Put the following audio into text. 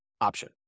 option